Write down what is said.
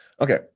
Okay